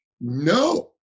no